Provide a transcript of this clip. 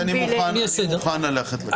אז אני מוכן ללכת בכיוון הזה.